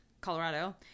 Colorado